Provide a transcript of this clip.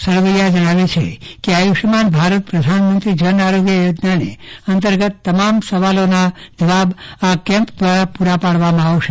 સરવૈયા જણાવે છે કે આયુષમાન ભારત પ્રધાનમંત્રી જન આરોગ્ય યોજનાનેઅંતર્ગત તમામ સવાલોના જવાબ આ કેમ્પ દ્વારા પુરા પાડવામાં આવશે